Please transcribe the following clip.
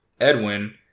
Edwin